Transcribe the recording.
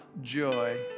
joy